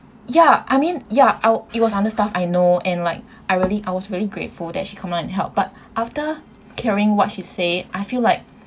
ya I mean ya I'll it was understaffed I know and like I really I was really grateful that she come out and help but after hearing what she say I feel like